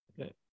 Okay